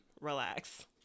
Relax